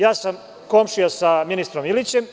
Ja sam komšija sa ministrom Ilićem.